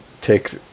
take